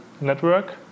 network